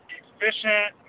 efficient